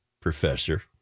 professor